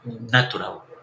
natural